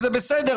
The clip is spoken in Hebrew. זה בסדר.